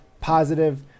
Positive